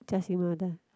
just